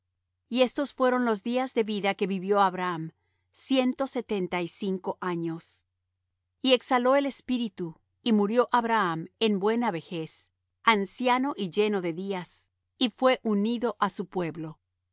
y estos fueron los días de vida que vivió abraham ciento setenta y cinco años y exhaló el espíritu y murió abraham en buena vejez anciano y lleno de días y fué unido á su pueblo